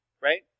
right